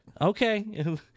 Okay